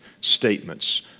statements